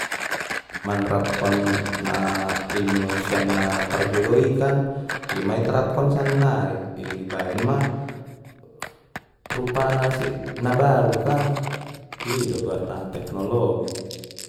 Manerapkan na ilmu sian na parjolo i kan ima i terapkon sannaei ibaen ma rupana nabaru kan i do goarna teknologi.